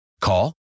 Call